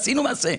עשינו מעשה,